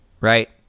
right